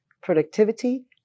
productivity